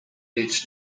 rycz